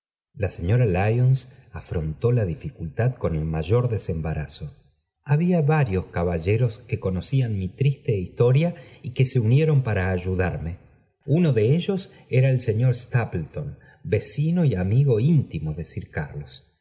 la señora lyona afrontó la dificultad con el mayor desembarazo había varios caballeros que conocían mi triate historia y que se unieron para ayudarme uno de ellos era el señor stapleton vecino y amigo íntimo de sir carlos